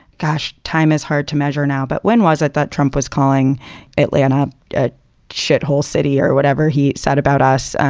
gosh, time is hard to measure now. but when was it that trump was calling atlanta at shithole city or whatever he said about us?